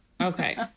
Okay